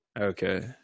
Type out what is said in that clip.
Okay